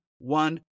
one